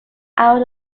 out